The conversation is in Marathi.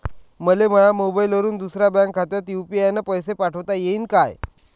मले माह्या मोबाईलवरून दुसऱ्या बँक खात्यात यू.पी.आय न पैसे पाठोता येईन काय?